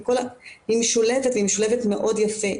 היא משולבת והיא משולבת מאוד יפה,